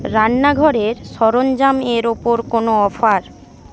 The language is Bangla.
রান্নাঘরের সরঞ্জামের ওপর কোনও অফার